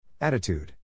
Attitude